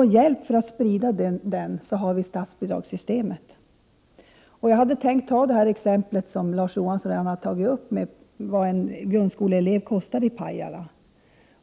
Till hjälp för sprida den har vi statsbidragssystemet. Jag hade tänkt ta upp det exempel som Larz Johansson gav, om hur mycket en grundskoleelev i Pajala